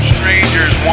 Strangers